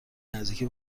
نزدیکی